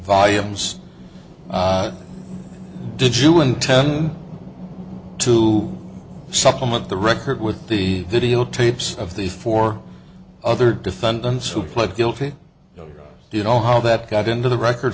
volumes did you intend to supplement the record with the video tapes of these four other defendants who pled guilty do you know how that got into the record